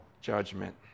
judgment